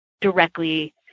directly